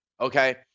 Okay